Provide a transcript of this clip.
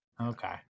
Okay